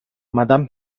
madame